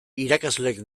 irakasleak